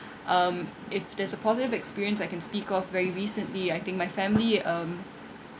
um if there's a positive experience I can speak of very recently I think my family um